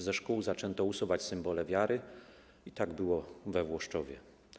Ze szkół zaczęto usuwać symbole wiary i tak było we Włoszczowie.